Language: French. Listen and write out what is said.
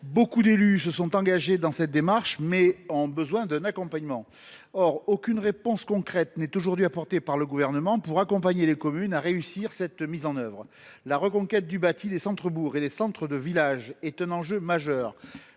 Nombre d’élus se sont engagés dans cette démarche, mais ils ont besoin d’un accompagnement. Or aucune réponse concrète n’est aujourd’hui apportée par le Gouvernement pour aider les communes à réussir cette mise en œuvre. La reconquête du bâti des centres bourgs et des centres de villages est un enjeu majeur.